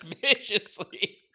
viciously